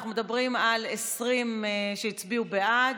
אנחנו מדברים על 20 שהצביעו בעד,